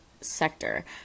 sector